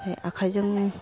बे आखाइजों